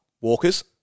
walkers